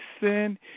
sin